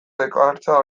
dakartza